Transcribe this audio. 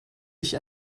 ich